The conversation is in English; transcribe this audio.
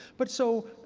but so,